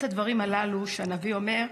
את הדברים הללו שהנביא אומר,